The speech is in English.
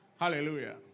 Hallelujah